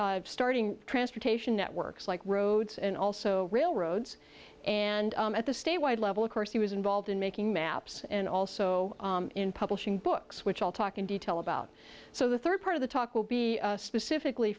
in starting transportation networks like roads and also railroads and at the statewide level of course he was involved in making maps and also in publishing books which i'll talk in detail about so the third part of the talk will be specifically